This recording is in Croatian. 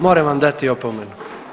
Moram vam dati opomenu.